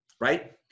Right